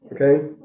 okay